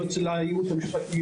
לא אצל הייעוץ המשפטי,